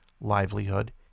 livelihood